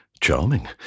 Charming